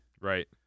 Right